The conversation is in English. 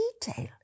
detail